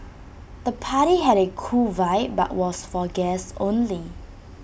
the party had A cool vibe but was for guests only